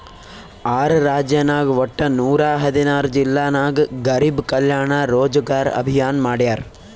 R ರಾಜ್ಯನಾಗ್ ವಟ್ಟ ನೂರಾ ಹದಿನಾರ್ ಜಿಲ್ಲಾ ನಾಗ್ ಗರಿಬ್ ಕಲ್ಯಾಣ ರೋಜಗಾರ್ ಅಭಿಯಾನ್ ಮಾಡ್ಯಾರ್